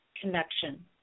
Connection